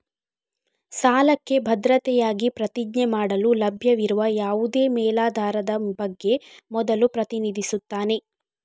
ಸಾಲಕ್ಕೆ ಭದ್ರತೆಯಾಗಿ ಪ್ರತಿಜ್ಞೆ ಮಾಡಲು ಲಭ್ಯವಿರುವ ಯಾವುದೇ ಮೇಲಾಧಾರದ ಬಗ್ಗೆ ಮೊದಲು ಪ್ರತಿನಿಧಿಸುತ್ತಾನೆ